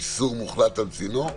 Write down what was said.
איסור מוחלט על צינור?